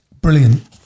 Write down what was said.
Brilliant